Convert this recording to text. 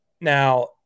Now